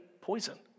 poison